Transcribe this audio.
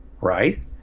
Right